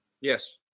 Yes